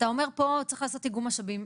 אתה אומר פה צריך לעשות איגום משאבים,